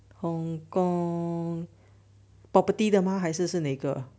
hong kong property 的吗还是是那个